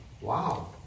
wow